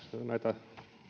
näitä